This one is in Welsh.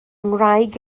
ngwraig